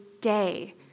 day